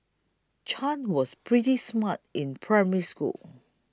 Chan was pretty smart in Primary School